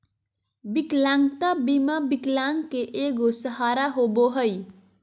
विकलांगता बीमा विकलांग के एगो सहारा होबो हइ